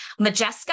Majeska